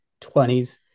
20s